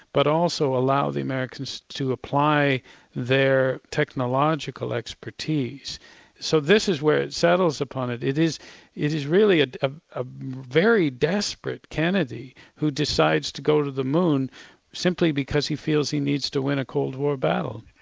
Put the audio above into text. but also allow the americans to apply their technological expertise so this is where it settles upon it. it is it is really ah ah a very desperate kennedy who decides to go to the moon simply because he feels he needs to win a cold war battle.